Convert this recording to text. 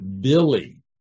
Billy